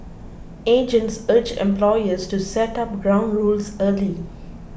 agents urged employers to set up ground rules early